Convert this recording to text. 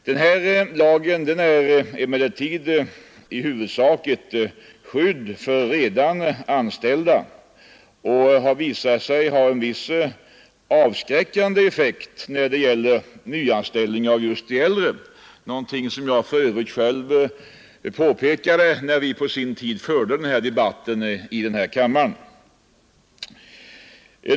Den här lagen är emellertid i huvudsak ett skydd för redan anställda och har visat sig ha en viss avskräckande effekt när det gäller nyanställning av just de äldre, något som jag för övrigt själv påpekade när vi på sin tid debatterade lagen i riksdagen.